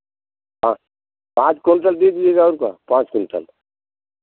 पाँ पाँच क्विंटल दे दीजिएगा और का पाँच क्विंटल